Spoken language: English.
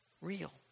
real